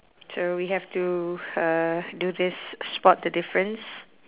so we have to uh do this spot the difference